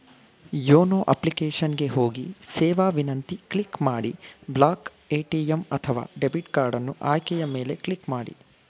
YONO application ಗೆ ಹೋಗಿ ಸೇವಾ ವಿನಂತಿ ಕ್ಲಿಕ್ ಮಾಡಿ ಬ್ಲಾಕ್ ಎ.ಟಿ.ಎಂ ಅಥವಾ ಡೆಬಿಟ್ ಕಾರ್ಡನ್ನು ಆಯ್ಕೆಯ ಮೇಲೆ ಕ್ಲಿಕ್ ಮಾಡಿ